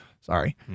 Sorry